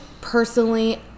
personally